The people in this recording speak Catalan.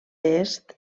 est